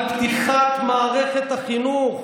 על פתיחת מערכת החינוך,